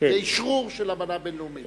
אשרור של אמנה בין-לאומית.